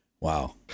wow